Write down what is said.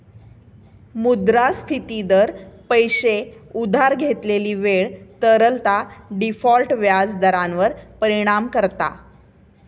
मुद्रास्फिती दर, पैशे उधार घेतलेली वेळ, तरलता, डिफॉल्ट व्याज दरांवर परिणाम करता